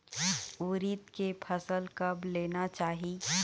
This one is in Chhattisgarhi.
उरीद के फसल कब लेना चाही?